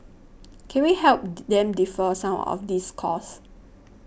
can we help them defer some of these costs